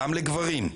גם לגברים.